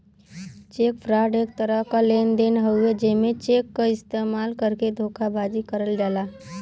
check fraud एक तरह क लेन देन हउवे जेमे चेक क इस्तेमाल करके धोखेबाजी करल जाला